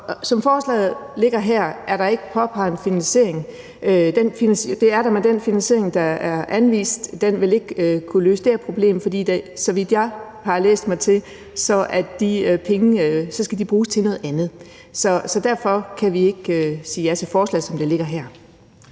Som forslaget ligger her, er der ikke påpeget en finansiering – eller det er der, men den finansiering, der er anvist, vil ikke kunne løse det her problem, for så vidt jeg har læst mig til, skal de penge bruges til noget andet. Så derfor kan vi ikke sige ja til forslaget, som det ligger her.